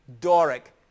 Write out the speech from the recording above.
Doric